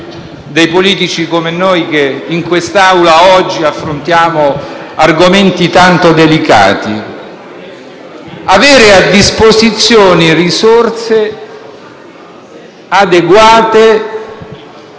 dei politici come noi, che, in quest'Aula, oggi affrontiamo argomenti tanto delicati: avere a disposizione risorse adeguate